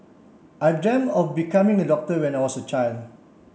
I of becoming a doctor when I was a child